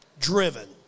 driven